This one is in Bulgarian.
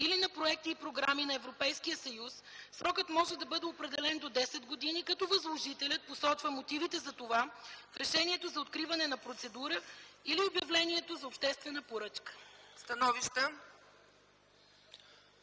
или на проекти и програми на Европейския съюз срокът може да бъде определен до 10 години, като възложителят посочва мотивите за това в решението за откриване на процедура или обявлението за обществена поръчка”.”